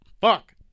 fuck